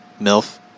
MILF